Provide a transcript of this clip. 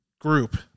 group